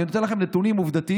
אני נותן לכם נתונים עובדתיים: